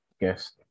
guest